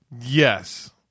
Yes